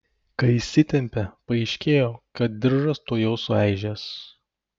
kai įsitempė paaiškėjo kad diržas tuojau sueižės